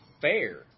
fair